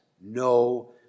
no